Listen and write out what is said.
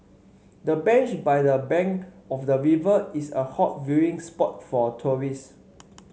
the bench by the bank of the river is a hot viewing spot for tourists